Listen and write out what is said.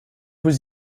was